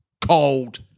cold